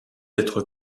être